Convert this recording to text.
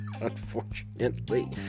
unfortunately